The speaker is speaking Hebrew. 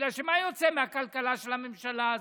בגלל שמה יוצא מהכלכלה של הממשלה הזאת,